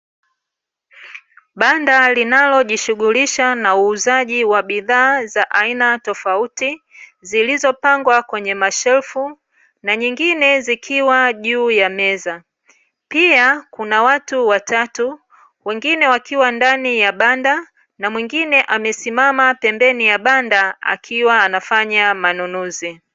Banda linalojishughulisha na uuzaji wa bidhaa za aina tofauti, zilizopangwa kwenye mashelfu na nyingine zikiwa juu ya meza. Pia kuna watu watatu, wengine wakiwa ndani ya banda, na mwingine amesimama pembeni ya banda akiwa anafanya manunuzi.